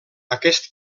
aquest